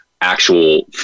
actual